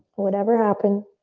whatever happened.